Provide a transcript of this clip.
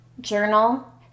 journal